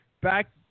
back